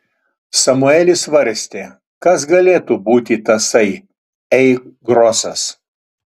samuelis svarstė kas galėtų būti tasai ei grosas